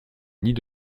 nid